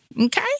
Okay